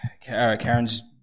Karen's